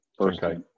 okay